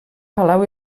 palau